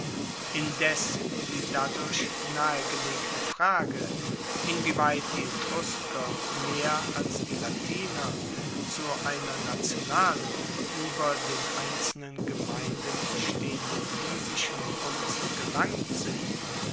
indes die dadurch nahegelegte frage inwieweit die etrusker mehr als die latiner zu einer nationalen ueber den einzelnen gemeinden stehenden musischen kunst gelangt sind